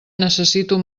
necessito